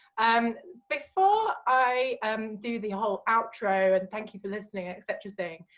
um before i um do the whole, outro and thank you for listening etc thing.